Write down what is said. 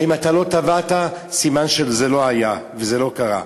אם לא תבעת סימן שזה לא היה וזה לא קרה.